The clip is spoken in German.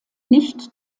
nicht